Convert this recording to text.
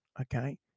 okay